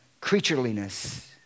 creatureliness